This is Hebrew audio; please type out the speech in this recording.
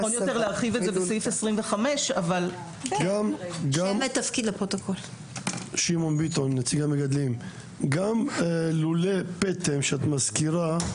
להרחיב את זה בסעיף 25. גם לולי פטם שאת מזכירה,